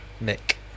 Nick